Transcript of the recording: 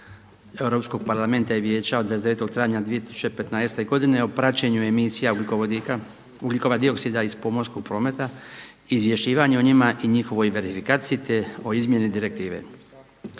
Europskog parlamenta i Vijeća od 29. travnja 2015. o praćenju emisija ugljikova dioksida iz pomorskog prometa, izvješćivanju o njima i njihovoj verifikaciji te o izmjeni Direktive.